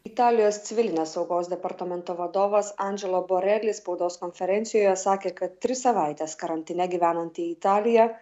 italijos civilinės saugos departamento vadovas andželo boreli spaudos konferencijoje sakė kad tris savaites karantine gyvenanti italija